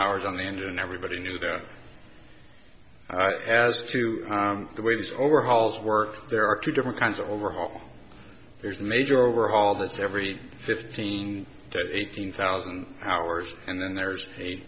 hours on the engine everybody knew that as to the waves overhauls work there are two different kinds of overhaul there's major overhaul this every fifteen to eighteen thousand hours and then there's a